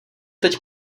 teď